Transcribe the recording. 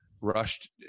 rushed